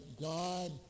God